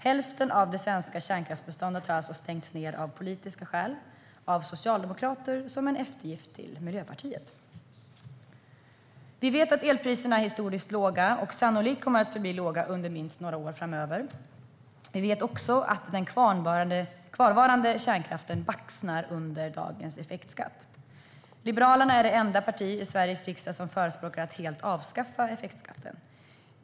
Hälften av det svenska kärnkraftsbeståndet har alltså stängts ned av politiska skäl, av Socialdemokraterna som en eftergift till Miljöpartiet. Vi vet att elpriserna är historiskt låga och sannolikt kommer att förbli det under minst några år framöver. Vi vet också att den kvarvarande kärnkraften baxnar under dagens effektskatt. Liberalerna är det enda parti i Sveriges riksdag som förespråkar att effektskatten helt ska avskaffas.